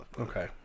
Okay